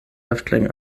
häftling